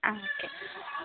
okay